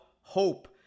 hope